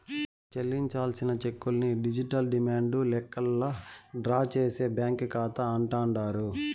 చెల్లించాల్సిన చెక్కుల్ని digital demand లెక్కల్లా డ్రా చేసే బ్యాంకీ కాతా అంటాండారు